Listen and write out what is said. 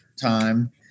time